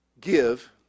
Give